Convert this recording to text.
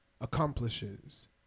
accomplishes